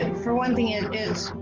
for one thing, it's